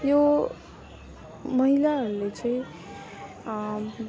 यो महिलाहरूले चाहिँ